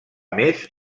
més